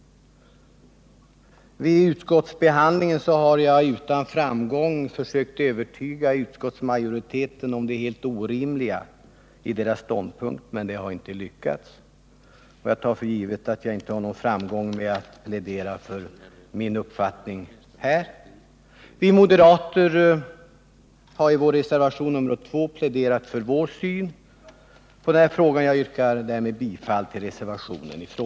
Vid utskottsbehandlingen har jag utan framgång försökt övertyga utskottsmajoriteten om det helt orimliga i dess ståndpunkt, men det har inte lyckats, och jag tar för givet att jag inte har någon framgång med att tala för min uppfattning här. Vi moderater har i vår reservation 2 till arbetsmarknadsutskottets betänkande nr 15 pläderat för vår syn. Jag yrkar härmed bifall till reservationen 2.